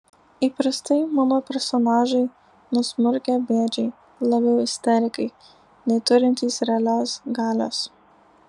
įprastai mano personažai nusmurgę bėdžiai labiau isterikai nei turintys realios galios